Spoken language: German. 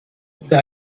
oder